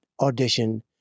audition